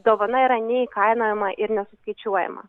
dovana yra neįkainojama ir nesuskaičiuojama